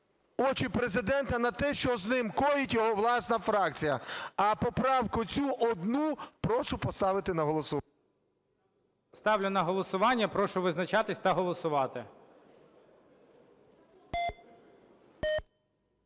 очі Президента на те, що з ним коїть його власна фракція. А поправку цю одну прошу поставити на голосування. ГОЛОВУЮЧИЙ. Ставлю на голосування. Прошу визначатись та голосувати.